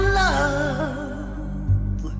love